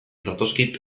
datozkit